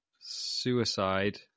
Suicide